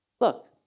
Look